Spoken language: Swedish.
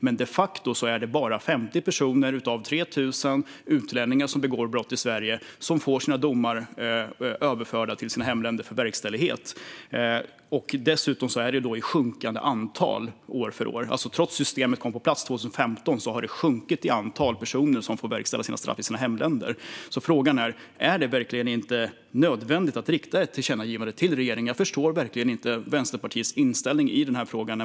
Men de facto är det bara 50 av 3 000 utlänningar som begår brott i Sverige som får sina domar överförda till sina hemländer för verkställighet. Dessutom sjunker antalet år för år. Sedan systemet kom på plats 2015 har antalet personer vars straff verkställs i hemländerna sjunkit. Är det därför inte nödvändigt att rikta ett tillkännagivande till regeringen? Jag förstår verkligen inte Vänsterpartiets inställning i denna fråga.